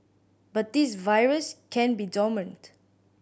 but this virus can be dormant